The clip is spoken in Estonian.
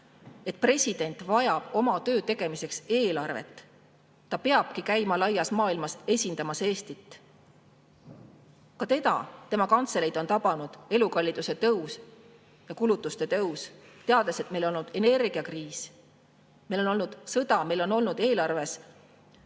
et president vajab oma töö tegemiseks eelarvet. Ta peabki käima laias maailmas Eestit esindamas. Ka tema kantseleid on tabanud elukalliduse tõus, kulutuste tõus. Me ju teame, et meil on olnud energiakriis, meil on olnud sõda, meil on olnud eelarves